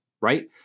Right